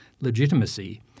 legitimacy